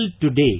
today